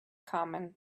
common